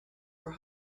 were